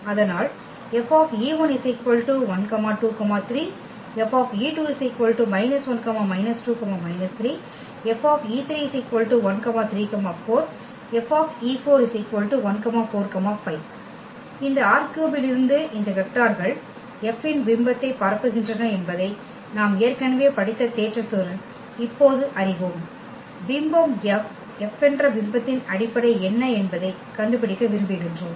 அதனால் F 123 F 1 2 3 F 134 F 145 இந்த ℝ3 இலிருந்து இந்த வெக்டார்கள் F ன் பிம்பத்தை பரப்புகின்றன என்பதை நாம் ஏற்கனவே படித்த தேற்றத்துடன் இப்போது அறிவோம் பிம்பம் F F என்ற பிம்பத்தின் அடிப்படை என்ன என்பதைக் கண்டுபிடிக்க விரும்புகிறோம்